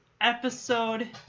episode